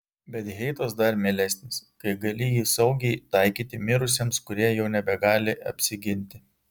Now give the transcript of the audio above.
bet heitas dar mielesnis kai gali jį saugiai taikyti mirusiems kurie jau nebegali apsiginti